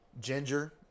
ginger